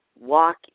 walk